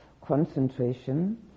concentration